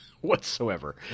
Whatsoever